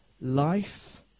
life